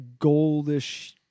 goldish